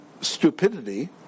stupidity